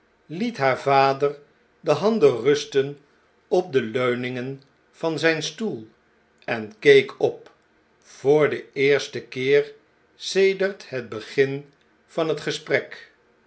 liet haar vader de handen rusten op de leuningen van zijn stoel en keek op voor den eersten keer sedert het begin van het gesprek